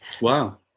wow